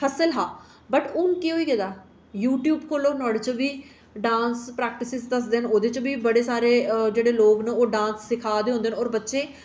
पर हून केह् होई गेदा यूट्यूब कोला नुहाड़े च बी डांस प्रैक्टिस दस्सदे न नुहाड़े चा बी ओह् लोक जेह्ड़े न ओह् डांस सिक्खै दे होंदे न ते ओह् जेह्ड़े बच्चे न